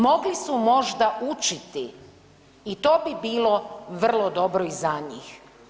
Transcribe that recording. Mogli su možda učiti i to bi bilo vrlo dobro i za njih.